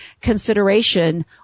consideration